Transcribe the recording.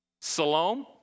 Salome